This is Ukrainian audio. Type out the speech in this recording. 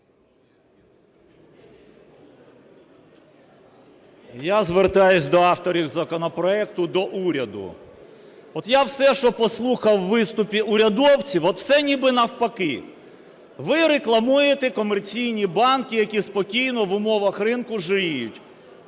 Я звертаюся до авторів законопроекту, до уряду. От я все, що послухав у виступі урядовців, от все ніби навпаки, ви рекламуєте комерційні банки, які спокійно в умовах ринку жиріють.